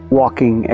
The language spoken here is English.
walking